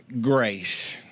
grace